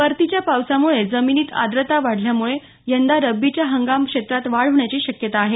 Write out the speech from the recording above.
परतीच्या पावसामुळे जमिनीत आद्रता वाढल्यामुळे यंदा रब्बीच्या हंगामात क्षेत्र वाढ होण्याची शक्यता आहे